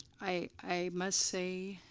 i must say